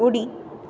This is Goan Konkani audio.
उडी